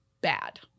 bad